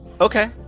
okay